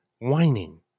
whining